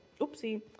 Oopsie